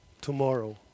tomorrow